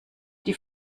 die